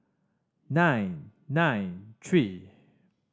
nine nine three